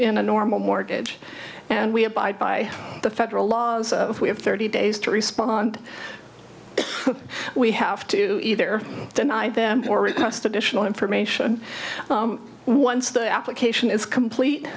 in a normal mortgage and we abide by the federal laws of we have thirty days to respond we have to either deny them or request additional information once the application is complete